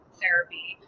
therapy